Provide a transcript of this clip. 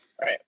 Right